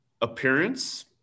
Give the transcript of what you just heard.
appearance